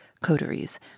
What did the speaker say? coteries